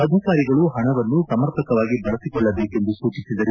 ಅಧಿಕಾರಿಗಳು ಹಣವನ್ನು ಸಮರ್ಪಕವಾಗಿ ಬಳಸಿಕೊಳ್ಳಬೇಕೆಂದು ಸೂಚಿಸಿದರು